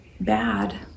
bad